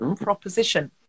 Proposition